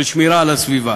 בשמירה על הסביבה,